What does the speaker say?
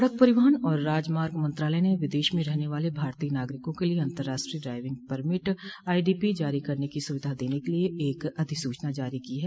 सड़क परिवहन और राजमार्ग मंत्रालय ने विदेश में रहने वाले भारतीय नागरिकों के लिए अंतर्राष्ट्रीय ड्राइविंग परमिट आईडीपी जारी करने की सुविधा देने के लिए एक अधिसूचना जारी की है